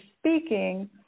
speaking